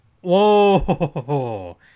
Whoa